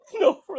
No